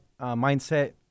mindset